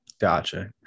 Gotcha